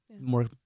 more